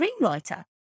screenwriter